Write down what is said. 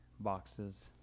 Boxes